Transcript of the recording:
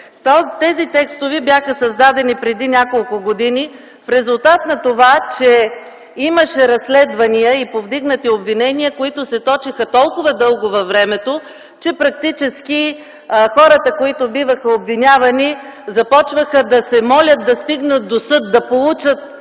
Тези текстове бяха създадени преди няколко години в резултат на това, че имаше разследвания и повдигнати обвинения, които се точеха толкова дълго във времето, че практически хората, които биваха обвинявани, започваха да се молят да стигнат до съд, да получат